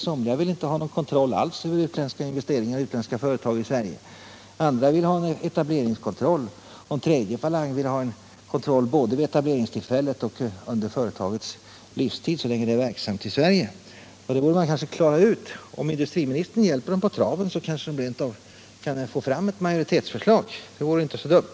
Somliga vill inte ha någon kontroll alls över utländska företag i Sverige, andra vill ha en etableringskontroll och en tredje falang vill ha kontroll både vid etableringstillfället och under företagets livstid så länge det är verksamt i Sverige. Detta — Nr 25 borde kanske klaras ut. Om industriministern hjälper dem på traven kan Fredagen den ske de rent av kan få fram ett majoritetsförslag — det vore inte så dumt.